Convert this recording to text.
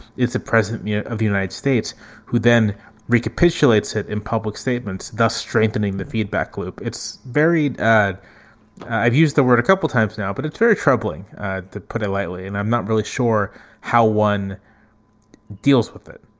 it's a president of the united states who then recapitulates it in public statements, thus strengthening the feedback loop. it's varied. i've used the word a couple times now, but it's very troubling to put it lightly. and i'm not really sure how one deals with it